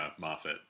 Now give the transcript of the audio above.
Moffat